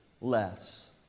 less